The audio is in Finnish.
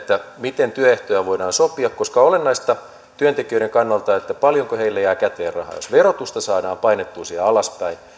miten työehtoja voidaan sopia koska olennaista työntekijöiden kannalta on paljonko heille jää käteen rahaa jos verotusta saadaan painettua siellä alaspäin niin